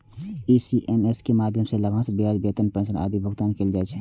ECS के माध्यम सं लाभांश, ब्याज, वेतन, पेंशन आदिक भुगतान कैल जाइ छै